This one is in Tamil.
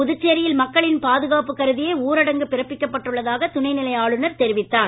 புதுச்சேரியில் மக்களின் பாதுகாப்பு கருதியே ஊரடங்கு பிறப்பிக்கப்பட்டுள்ளதாக துணை நிலை ஆளுனர் தெரிவித்தார்